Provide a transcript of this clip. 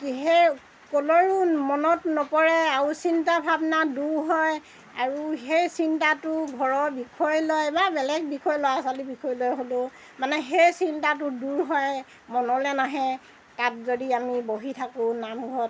কিহে ক'লৈও মনত নপৰে আৰু চিন্তা ভাৱনা দূৰ হয় আৰু সেই চিন্তাটো ঘৰৰ বিষয় লৈ বা বেলেগ বিষয় ল'ৰা ছোৱালীৰ বিষয় লৈ হ'লেও মানে সেই চিন্তাটো দূৰ হয় মনলৈ নাহে তাত যদি আমি বহি থাকোঁ নামঘৰত